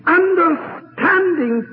understanding